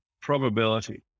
probability